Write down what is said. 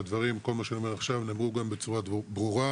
וכל מה שאני אומר עכשיו נאמרו גם בצורה ברורה.